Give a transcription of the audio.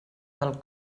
del